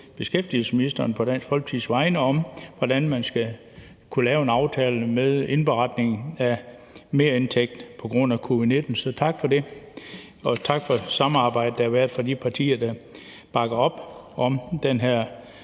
beskæftigelsesministeren på Dansk Folkepartis vegne, om, hvordan man kunne lave en aftale om indberetning af merindtægt på grund af covid-19, så tak for det. Og tak for samarbejdet, der har været med de partier, der bakker op om det her